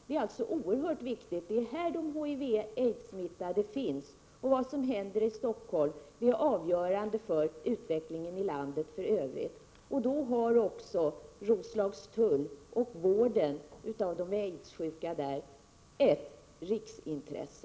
Det är oerhört viktigt, för det är här de HIV-smittade finns, och vad som händer i Stockholm är avgörande för utvecklingen i landet för övrigt. Då har också Roslagstulls sjukhus och vården av aidssjuka där ett riksintresse.